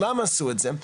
למה עשו את זה,